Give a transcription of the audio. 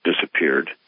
disappeared